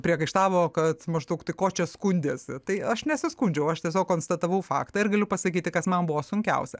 priekaištavo kad maždaug tai ko čia skundėsi tai aš nesiskundžiau aš tiesiog konstatavau faktą ir galiu pasakyti kas man buvo sunkiausia